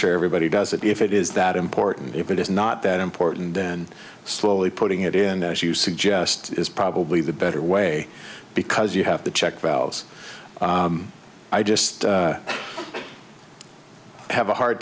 sure everybody does it if it is that important if it is not that important then slowly putting it in as you suggest is probably the better way because you have to check valves i just have a hard